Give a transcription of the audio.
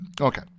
Okay